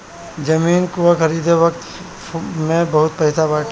जमीन कअ खरीद फोक्त में बहुते पईसा बाटे